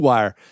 Wire